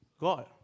God